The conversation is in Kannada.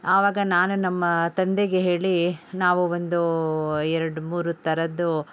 ಆವಾಗ ನಾನು ನಮ್ಮ ತಂದೆಗೆ ಹೇಳಿ ನಾವು ಒಂದು ಎರಡು ಮೂರು ಥರದ್ದು